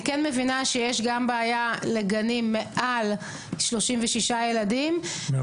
אני כן מבינה שיש גם בעיה למעונות מעל שלושים ושישה ילדים,